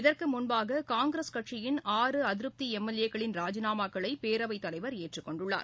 இதற்குமுன்பாகனங்கிரஸ் கட்சியின் ஆறு அதிருப்திளம் எல் ஏ க்களின் ராஜிநாமாக்களைபேரவைத் தலைவர் ஏற்றுக் கொண்டுள்ளார்